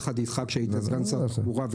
יחד איתך כשהיית סגן שר התחבורה,